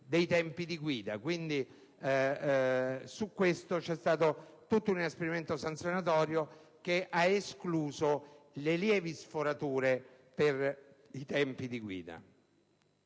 dei tempi di guida; su questo c'è stato, quindi, un inasprimento sanzionatorio che ha escluso le lievi sforature dei tempi di guida.